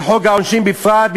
וחוק העונשין בפרט,